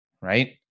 Right